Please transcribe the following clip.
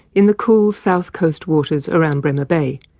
in the cool south coast waters around bremer bay.